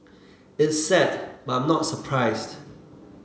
it's sad but I'm not surprised